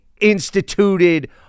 instituted